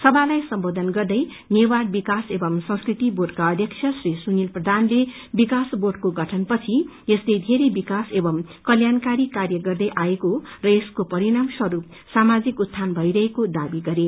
सभालाई सम्बोधन गर्दै नेवार विकास एंव संस्कृतिक बोर्डका अध्यक्ष श्री सुनिल प्रधानले विकास बोर्डको गठन पछि यसले बेरै विकास एंव कल्याणकारी कार्य गर्दै आएको र यसको परिणाम स्वरू सामाजिक उत्थान भई रहेको दावी गरे